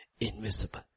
invisible